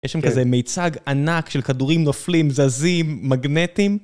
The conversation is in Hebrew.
יש שם כזה מיצג ענק של כדורים נופלים, זזים, מגנטים.